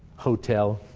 hotel.